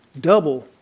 double